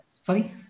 sorry